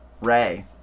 Ray